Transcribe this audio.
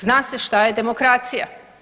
Zna se šta je demokracija.